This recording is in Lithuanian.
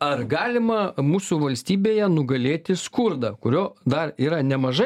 ar galima mūsų valstybėje nugalėti skurdą kurio dar yra nemažai